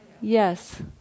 Yes